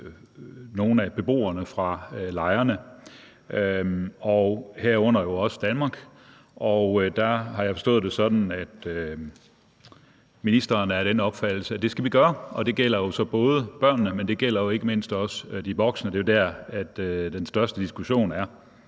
nogle af beboerne fra lejrene, herunder jo også Danmark, og der har jeg forstået det sådan, at ministeren er af den opfattelse, at det skal vi gøre, og det gælder så både børnene, men det gælder ikke mindst også de voksne; det er jo der, den største diskussion er.